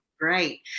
Great